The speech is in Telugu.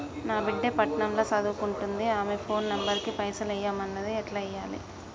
నా బిడ్డే పట్నం ల సదువుకుంటుంది ఆమె ఫోన్ నంబర్ కి పైసల్ ఎయ్యమన్నది ఎట్ల ఎయ్యాలి?